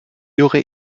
aurait